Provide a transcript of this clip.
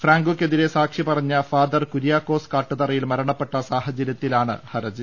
ഫ്രാങ്കോക്കെതിരെ സാക്ഷി പറഞ്ഞ ഫാദർ കുര്യാക്കോസ് കാട്ടുതറയിൽ മരണപ്പെട്ട സാഹചര്യത്തിലാണ് ഹർജി